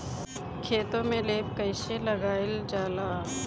खेतो में लेप कईसे लगाई ल जाला?